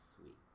sweet